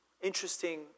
interesting